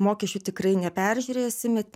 mokesčių tikrai neperžiūrėsime